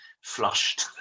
flushed